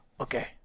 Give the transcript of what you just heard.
okay